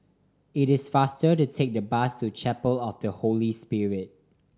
it is faster to take the bus to Chapel of the Holy Spirit